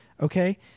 okay